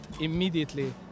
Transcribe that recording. immediately